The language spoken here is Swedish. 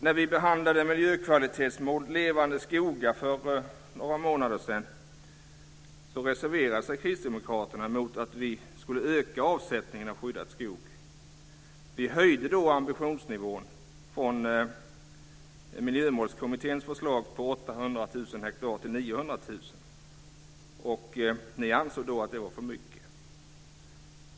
När vi behandlade miljökvalitetsmålet Levande skogar för några månader sedan reserverade sig Kristdemokraterna mot att vi skulle öka avsättningen av skyddad skog. Vi höjde då ambitionsnivån i Miljömålskommitténs förslag från 800 000 hektar till 900 000 hektar, och ni ansåg då att det var för mycket.